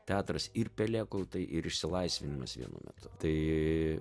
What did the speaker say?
teatras ir pelėkautai ir išsilaisvinimas vienu metu tai